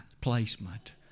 placement